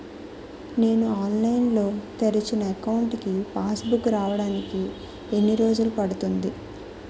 నేను ఆన్లైన్ లో తెరిచిన అకౌంట్ కి పాస్ బుక్ రావడానికి ఎన్ని రోజులు పడుతుంది?